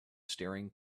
staring